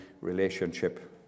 relationship